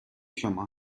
شما